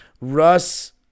Russ